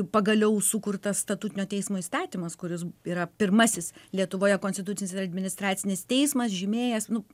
pagaliau sukurtas statutinio teismo įstatymas kuris yra pirmasis lietuvoje konstitucinis ir administracinis teismas žymėjęs nu